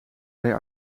bij